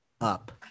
up